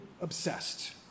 obsessed